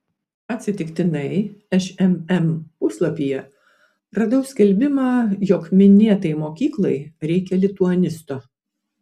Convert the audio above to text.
atsitiktinai šmm puslapyje radau skelbimą jog minėtai mokyklai reikia lituanisto